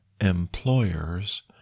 employers